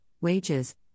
wages